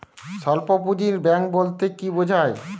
স্বল্প পুঁজির ব্যাঙ্ক বলতে কি বোঝায়?